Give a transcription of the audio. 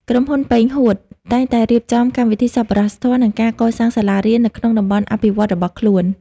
ក្រុមហ៊ុន ប៉េង ហួត (Peng Huoth) តែងតែរៀបចំកម្មវិធីសប្បុរសធម៌ និងការកសាងសាលារៀននៅក្នុងតំបន់អភិវឌ្ឍន៍របស់ខ្លួន។